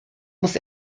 muss